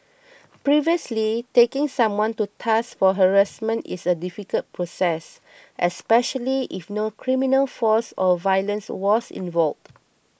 previously taking someone to task for harassment is a difficult process especially if no criminal force or violence was involved